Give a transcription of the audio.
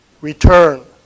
return